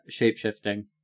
shapeshifting